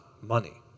money